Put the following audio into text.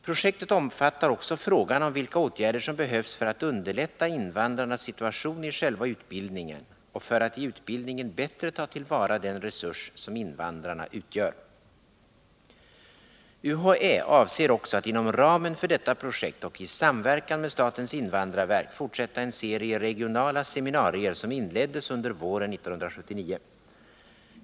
Projektet omfattar också frågan om vilka åtgärder som behövs för att underlätta invandrarnas situation i själva utbildningen och för att i utbildningen bättre ta till vara den resurs som invandrarna utgör. UHÄ avser också att inom ramen för detta projekt och i samverkan med statens invandrarverk fortsätta en serie regionala seminarier, som inleddes under våren 1979.